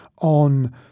on